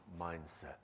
mindset